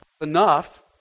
Enough